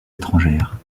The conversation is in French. étrangères